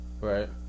Right